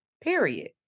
Period